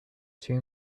two